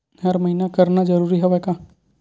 हर महीना करना जरूरी हवय का?